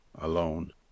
alone